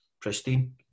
pristine